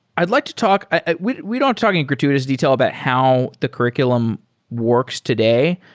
i'd like to talk ah we we don't talk in gratuitous detail about how the curr iculum works today,